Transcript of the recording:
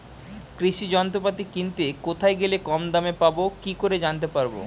কৃষি যন্ত্রপাতি কিনতে কোথায় গেলে কম দামে পাব কি করে জানতে পারব?